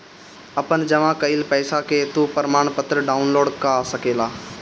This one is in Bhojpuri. अपनी जमा कईल पईसा के तू प्रमाणपत्र डाउनलोड कअ सकेला